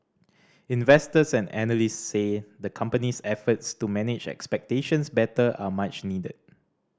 investors and analysts say the company's efforts to manage expectations better are much needed